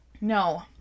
No